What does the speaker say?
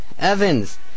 Evans